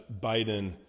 Biden